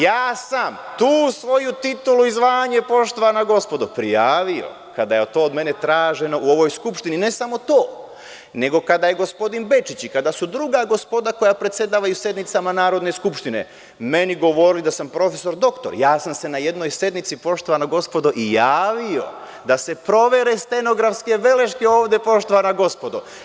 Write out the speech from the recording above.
Ja sam tu svoju titulu i zvanje prijavio kada je to od mene traženo u ovoj Skupštini i ne samo to, nego kada je gospodin Bečić i kada su druga gospoda koja predsedavaju sednicama Narodne skupštine meni govorili da sam profesor doktor, ja sam se na jednoj sednici i javio, da se provere stenografske beleške ovde, poštovana gospodo.